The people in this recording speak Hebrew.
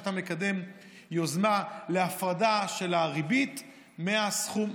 שאתה מקדם יוזמה להפרדה של הריבית מהסכום.